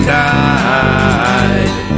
died